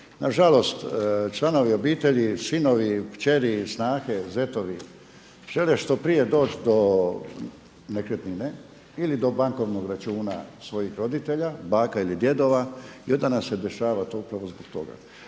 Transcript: Nažalost članovi obitelji, sinovi, kćeri, snage, zetovi žele što prije doći do nekretnine ili do bankovnog računa svojih roditelja, baka i djedova i onda nam se dešava to upravo zbog toga.